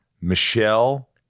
Michelle